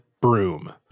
broom